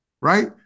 right